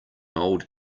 old